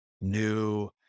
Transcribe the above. new